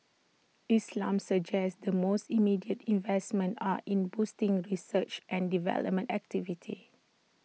islam suggests the most immediate investments are in boosting research and development activity